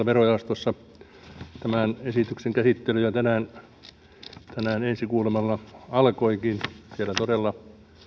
verojaostossa tämän esityksen käsittely jo tänään tänään ensi kuulemalla alkoikin siellä todella